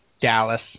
Dallas